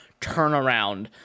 turnaround